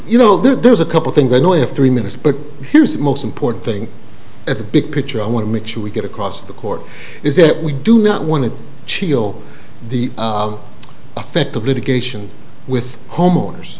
you know there's a couple things i know if three minutes but here's the most important thing at the big picture i want to make sure we get across the court is that we do not want to cheel the effect of litigation with homeowners